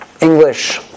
English